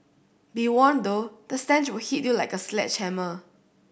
be warned though the stench will hit you like a sledgehammer